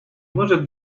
может